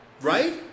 Right